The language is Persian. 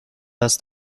است